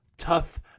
tough